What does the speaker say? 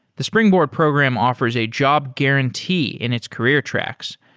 the springboard program offers a job guarantee in its career tracks,